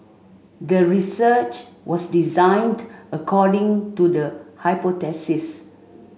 the research was designed according to the hypothesis